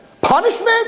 Punishment